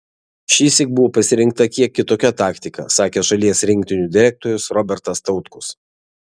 šįsyk buvo pasirinkta kiek kitokia taktika sakė šalies rinktinių direktorius robertas tautkus